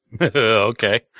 Okay